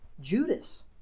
Judas